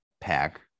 pack